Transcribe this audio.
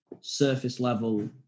surface-level